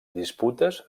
disputes